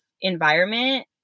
environment